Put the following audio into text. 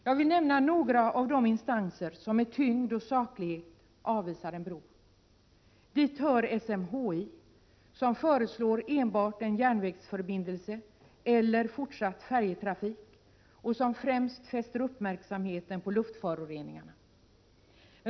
Jag vill nämna några av de instanser som med tyngd och saklighet avvisar en bro. Dit hör SMHI, som föreslår enbart en järnvägsförbindelse eller en fortsatt färjetrafik och som främst fäster uppmärksamheten på luftföroreningarna.